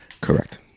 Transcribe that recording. Correct